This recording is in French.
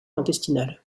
intestinale